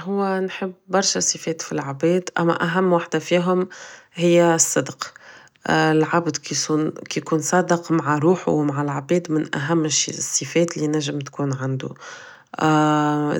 هو نحب برشا صفات فلعباد اما اهم وحدة فيهم هي الصدق العبد كي يكون صادق مع روحو و مع العباد من اهم الصفات اللي ينجم تكون عندو